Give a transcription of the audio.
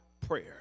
prayer